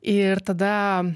ir tada